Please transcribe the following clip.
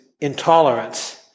intolerance